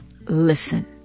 listen